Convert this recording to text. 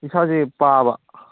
ꯏꯁꯥꯁꯦ ꯄꯥꯕ